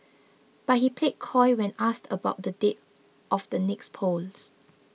but he played coy when asked about the date of the next polls